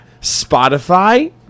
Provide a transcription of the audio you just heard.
Spotify